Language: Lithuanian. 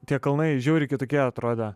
tie kalnai žiauriai kitokie atrodė